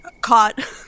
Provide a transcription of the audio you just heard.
Caught